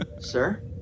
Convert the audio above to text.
Sir